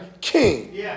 king